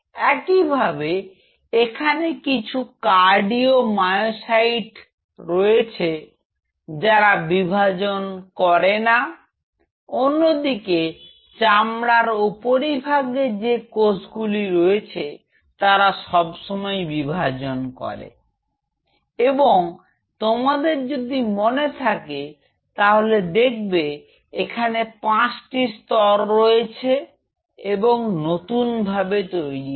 একইভাবে এখানে কিছু কার্ডিও মায়োসাইট রয়েছে যারা বিভাজন করে না অন্যদিকে চামড়ার উপরিভাগে যে কোষগুলি রয়েছে তারা সবসময় বিভাজন করে এবং তোমাদের যদি মনে থাকে তাহলে দেখবে এখানে পাঁচটি স্তর রয়েছে এবং নতুনভাবে তৈরি হয়